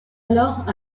alors